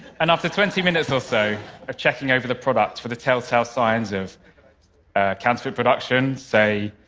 and after twenty minutes or so of checking over the product for the telltale signs of counterfeit production say,